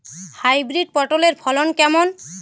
Hybrid পটলের ফলন কেমন?